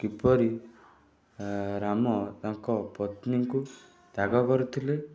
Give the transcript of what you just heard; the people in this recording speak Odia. କିପରି ରାମ ତାଙ୍କ ପତ୍ନୀଙ୍କୁ ତ୍ୟାଗ କରିଥିଲେ